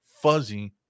fuzzy